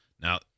Now